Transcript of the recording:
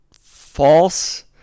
false